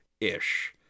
ish